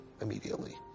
immediately